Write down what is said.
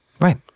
Right